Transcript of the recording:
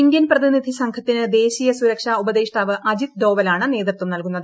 Indian പ്രതിനിധി സംഘത്തിന് ദേശീയ സുരക്ഷാ ഉപദേഷ്ടാവ് അജിത് ഡോവലാണ് നേതൃത്വം നൽകുന്നത്